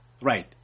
Right